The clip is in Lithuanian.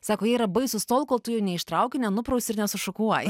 sako jie yra baisūs tol kol tu jų neištrauki nenuprausi ir nesišukuoji